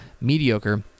mediocre